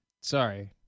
Sorry